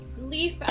Leaf